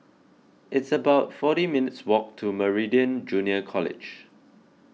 it's about forty minutes' walk to Meridian Junior College